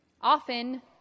often